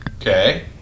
Okay